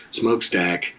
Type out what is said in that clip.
smokestack